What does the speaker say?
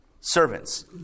servants